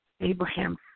Abraham